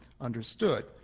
understood